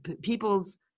people's